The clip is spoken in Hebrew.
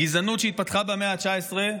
הגזענות שהתפתחה במאה ה-19,